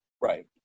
Right